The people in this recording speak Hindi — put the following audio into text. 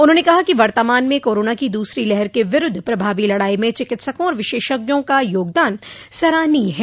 उन्होंने कहा कि वर्तमान में कोरोना की दूसरी लहर के विरूद्ध प्रभावी लड़ाई में चिकित्सकों और विशेषज्ञों का योगदान सराहनीय है